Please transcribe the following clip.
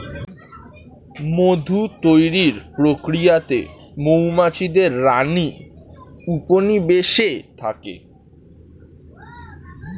মধু তৈরির প্রক্রিয়াতে মৌমাছিদের রানী উপনিবেশে থাকে